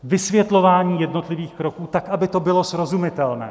Vysvětlování jednotlivých kroků tak, aby to bylo srozumitelné.